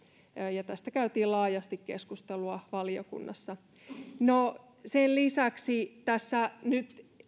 ja tästä käytiin laajasti keskustelua valiokunnassa sen lisäksi tässä nyt